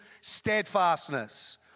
steadfastness